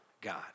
God